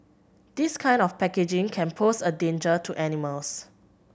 this kind of packaging can pose a danger to animals